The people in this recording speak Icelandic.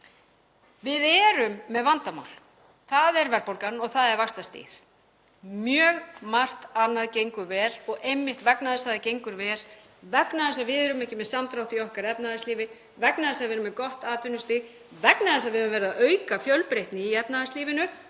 Við erum með vandamál, það er verðbólgan og það er vaxtastigið. Mjög margt annað gengur vel og einmitt vegna þess að það gengur vel — vegna þess að við erum ekki með samdrátt í okkar efnahagslífi, vegna þess að við erum með gott atvinnustig, vegna þess að við höfum verið að auka fjölbreytni í efnahagslífinu,